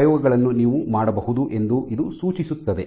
ಈ ಪ್ರಯೋಗಗಳನ್ನು ನೀವು ಮಾಡಬಹುದು ಎಂದು ಇದು ಸೂಚಿಸುತ್ತದೆ